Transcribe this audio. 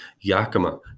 Yakima